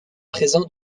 présent